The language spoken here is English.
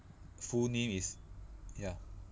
full name is ya